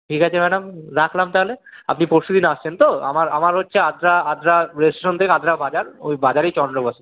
ঠিক আছে ম্যাডাম রাখলাম তাহলে আপনি পরশু দিন আসছেন তো আমার আমার হচ্ছে আদ্রা আদ্রা রেস্টুরেন্ট থেকে আদ্রা বাজার ওই বাজারেই চন্দ্র বস্ত্রালয়